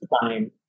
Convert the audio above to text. time